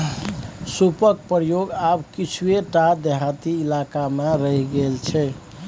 सूपक प्रयोग आब किछुए टा देहाती इलाकामे रहि गेल छै